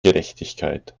gerechtigkeit